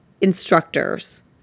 instructors